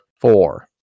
four